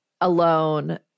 alone